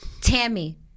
Tammy